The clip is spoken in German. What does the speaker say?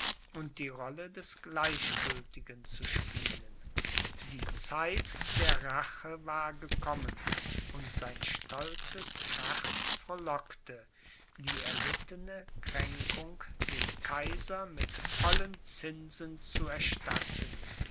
und die rolle des gleichgültigen zu spielen die zeit der rache war gekommen und sein stolzes herz frohlockte die erlittene kränkung dem kaiser mit vollen zinsen zu erstatten